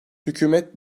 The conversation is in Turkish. hükümet